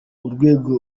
urwego